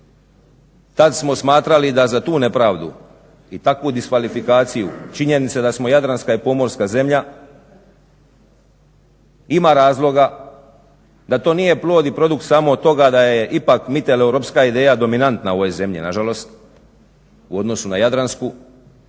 Tad smo smatrali da za tu nepravdu i takvu diskvalifikaciju činjenice da smo jadranska i pomorska zemlja ima razloga da to nije plod i produkt samo toga da je ipak … ideja dominantna u ovoj zemlji nažalost u odnosu na jadransku